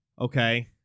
Okay